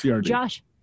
Josh